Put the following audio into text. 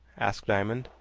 asked diamond.